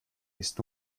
ist